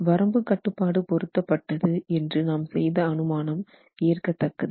வரம்புகட்டுப்பாடு பொருத்தப்பட்டது என்று நாம் செய்த அனுமானம் ஏற்கத்தக்கது